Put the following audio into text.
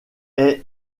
est